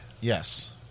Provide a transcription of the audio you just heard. Yes